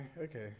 okay